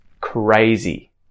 crazy